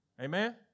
Amen